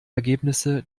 ergebnisse